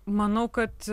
manau kad